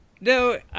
No